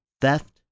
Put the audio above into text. theft